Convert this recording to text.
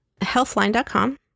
healthline.com